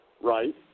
right